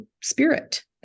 spirit